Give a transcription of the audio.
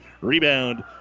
Rebound